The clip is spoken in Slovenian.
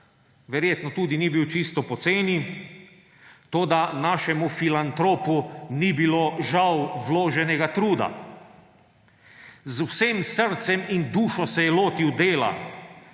verjetno tudi ni bil čisto poceni, toda našemu filantropu ni bilo žal vloženega truda. Z vsem srcem in dušo se je lotil dela,